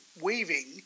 weaving